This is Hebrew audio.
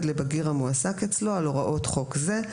לבגיר המועסק אצלו על הוראות חוק זה,